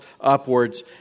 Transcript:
upwards